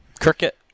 Cricket